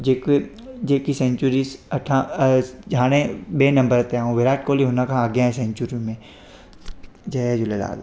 जेके जेके सैंचुरीस अठ हाणे ॿिए नंबर ते ऐं विराट कोहली हुन खां अॻियां आहे सैंचुरी में जय झूलेलाल